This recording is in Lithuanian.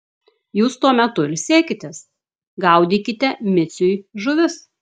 jūs tuo metu ilsėkitės gaudykite miciui žuvis